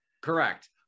Correct